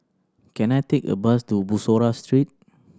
can I take a bus to Bussorah Street